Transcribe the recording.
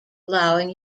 allowing